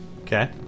Okay